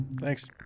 Thanks